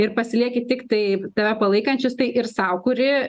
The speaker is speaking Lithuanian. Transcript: ir pasilieki tiktai tave palaikančius tai ir sau kuri